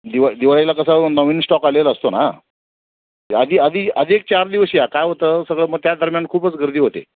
दिवा दिवाळीला कसं नवीन स्टॉक आलेला असतो ना आधी आधी आधी एक चार दिवशी या काय होतं सगळं मग त्या दरम्यान खूपच गर्दी होते